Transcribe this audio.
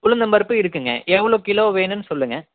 உளுந்தம் பருப்பு இருக்குங்க எவ்வளோ கிலோ வேணுன்னு சொல்லுங்கள்